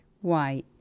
Why